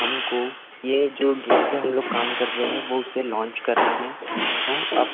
हमको यह जो गिन पे हम लोग काम कर रहे हैं वो उसे लांच करना है तो अब